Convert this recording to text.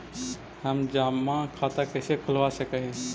हम जमा खाता कैसे खुलवा सक ही?